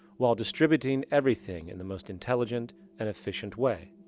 while distributing everything in the most intelligent and efficient way.